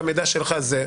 והמידע שלך זה,